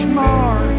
more